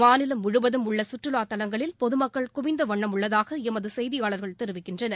மாநிலம் முழுவதும் உள்ள கற்றுவாத் தலங்களில் பொதுமக்கள் குவிந்த வண்ணம் உள்ளதாக எமது செய்தியாளர்கள் தெரிவிக்கின்றனர்